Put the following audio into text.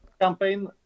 campaign